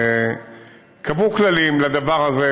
קבעו כללים לדבר הזה,